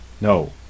No